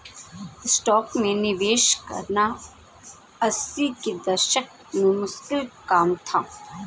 stocks में निवेश करना अस्सी के दशक में मुश्किल काम था